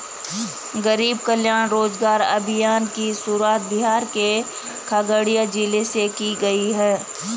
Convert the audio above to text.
गरीब कल्याण रोजगार अभियान की शुरुआत बिहार के खगड़िया जिले से की गयी है